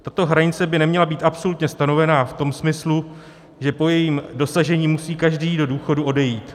Tato hranice by neměla být absolutně stanovená v tom smyslu, že po jejím dosažení musí každý do důchodu odejít.